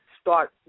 Start